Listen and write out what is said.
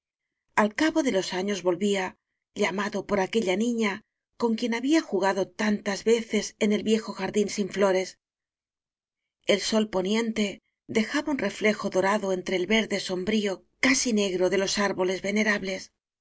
al cabo de los años volvía llamado por aquella niña con quien había jugado tantas veces en el viejo jardín sin flores el sol poniente dejaba un reflejo dorado entre el verde sombrío casi negro de los árboles venerables